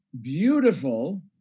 beautiful